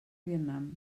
vietnam